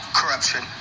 corruption